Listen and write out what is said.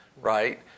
right